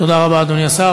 תודה רבה, אדוני השר.